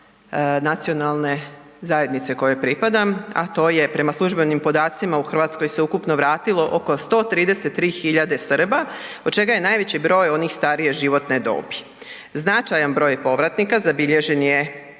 nacionalne zajednice kojoj pripadam, a to je prema službenim podacima u Hrvatsku se ukupno vratilo oko 133.000 Srba od čega je najveći broj onih starije životne dobi. Značajan broj povratnika zabilježen je